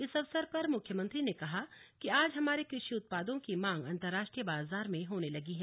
इस अवसर पर मुख्यमंत्री ने कहा कि आज हमारे कृषि उत्पादों की मांग अन्तर्राष्ट्रीय बाजार में होने लगी है